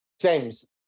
James